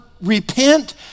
repent